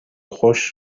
خشک